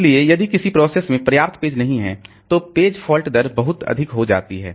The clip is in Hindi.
इसलिए यदि किसी प्रोसेस में पर्याप्त पेज नहीं हैं तो पेज फॉल्ट दर बहुत अधिक हो जाती है